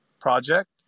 project